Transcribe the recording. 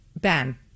Ben